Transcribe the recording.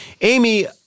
Amy